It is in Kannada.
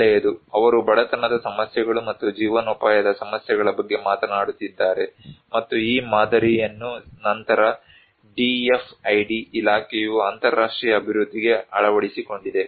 ಒಳ್ಳೆಯದು ಅವರು ಬಡತನದ ಸಮಸ್ಯೆಗಳು ಮತ್ತು ಜೀವನೋಪಾಯದ ಸಮಸ್ಯೆಗಳ ಬಗ್ಗೆ ಮಾತನಾಡುತ್ತಿದ್ದಾರೆ ಮತ್ತು ಈ ಮಾದರಿಯನ್ನು ನಂತರ DFID ಇಲಾಖೆಯು ಅಂತರರಾಷ್ಟ್ರೀಯ ಅಭಿವೃದ್ಧಿಗೆ ಅಳವಡಿಸಿಕೊಂಡಿದೆ